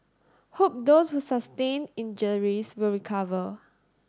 hope those who sustained injuries will recover